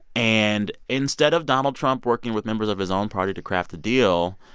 and instead of donald trump working with members of his own party to craft the deal,